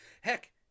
heck